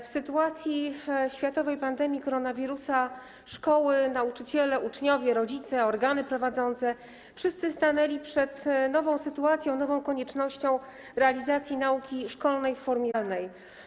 W czasie światowej pandemii koronawirusa szkoły, nauczyciele, uczniowie, rodzice, organy prowadzące - wszyscy - stanęli przed nową sytuacją, nową koniecznością realizacji nauki szkolnej w formie zdalnej.